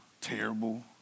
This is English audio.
terrible